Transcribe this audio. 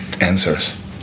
answers